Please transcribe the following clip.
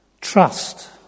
trust